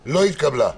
לא התקבלה.